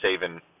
saving